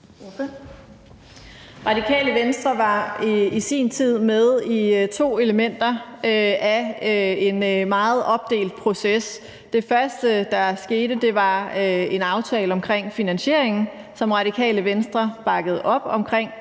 Radikale Venstre var i sin tid med i to elementer af en meget opdelt proces. Det første, der skete, var en aftale om finansiering, som Radikale Venstre bakkede op om, og